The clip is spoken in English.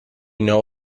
know